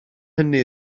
hynny